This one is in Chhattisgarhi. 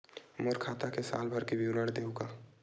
मोर खाता के साल भर के विवरण देहू का?